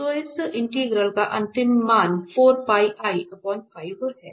तो इस इंटीग्रल का अंतिम मान है